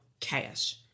cash